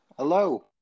Hello